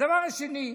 הדבר השני,